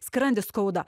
skrandį skauda